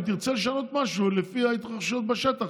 אם תרצה לשנות משהו לפי ההתרחשויות בשטח,